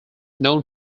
known